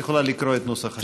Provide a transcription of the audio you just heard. את יכולה לקרוא את נוסח השאילתה.